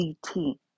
CT